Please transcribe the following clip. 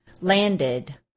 landed